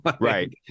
Right